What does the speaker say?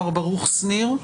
מר ברוך שניר,